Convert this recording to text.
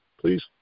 please